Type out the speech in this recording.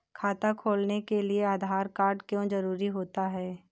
खाता खोलने के लिए आधार कार्ड क्यो जरूरी होता है?